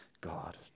God